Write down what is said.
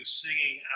singing